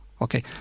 Okay